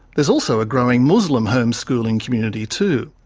there's also a growing muslim homeschooling community, too.